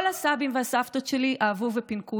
כל הסבים והסבתות שלי אהבו ופינקו